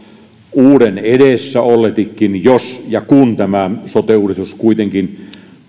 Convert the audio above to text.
uuden edessä olletikin jos ja kun tämä sote uudistus kuitenkin